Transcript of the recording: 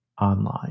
online